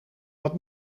wat